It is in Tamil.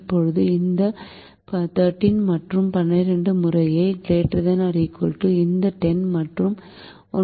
இப்போது இந்த 13 மற்றும் 12 முறையே ≥ இந்த 10 மற்றும் 9 ஆகும்